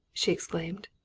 she exclaimed.